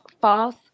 false